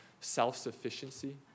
self-sufficiency